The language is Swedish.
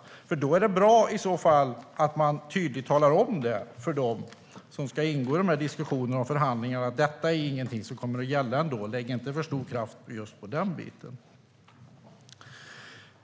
I så fall är det bra att man tydligt talar om det för dem som ska ingå i de här diskussionerna och förhandlingarna och säger: Detta är ändå ingenting som kommer att gälla, så lägg inte för stor kraft på just den biten!